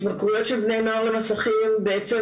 התמכרויות של בני נוער למסכים בעצם